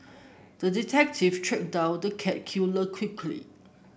the detective tracked down the cat killer quickly